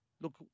Look